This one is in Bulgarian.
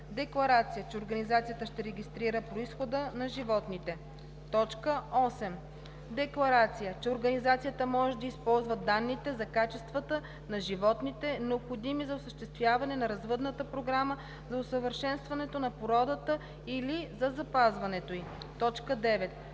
декларация, че организацията ще регистрира произхода на животните; 8. декларация, че организацията може да използва данните за качествата на животните, необходими за осъществяване на развъдната програма за усъвършенстването на породата или за запазването й; 9.